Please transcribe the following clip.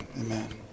Amen